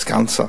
סגן שר.